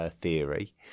theory